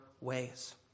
ways